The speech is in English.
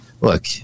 look